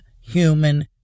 human